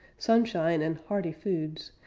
sunshine and hearty foods,